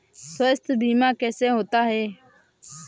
स्वास्थ्य बीमा कैसे होता है?